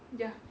ya